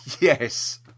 Yes